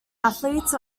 athletes